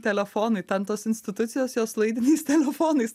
telefonai ten tos institucijos jos laidiniais telefonais